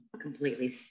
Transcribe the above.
completely